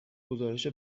گزارش